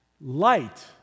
light